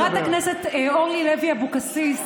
חברת הכנסת אורלי לוי אבקסיס,